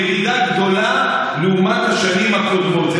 לעומת השנים הקודמות.